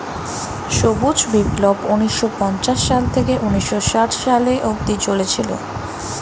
সবুজ বিপ্লব ঊন্নিশো পঞ্চাশ সাল থেকে ঊন্নিশো ষাট সালে অব্দি চলেছিল